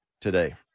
today